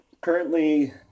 Currently